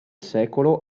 secolo